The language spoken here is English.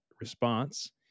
response